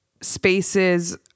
spaces